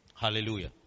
Hallelujah